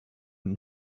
and